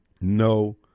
No